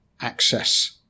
access